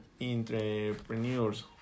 entrepreneurs